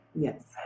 Yes